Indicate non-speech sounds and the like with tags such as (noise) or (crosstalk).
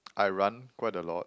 (noise) I run quite a lot